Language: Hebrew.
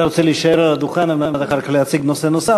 אתה רוצה להישאר על הדוכן על מנת אחר כך להציג נושא נוסף,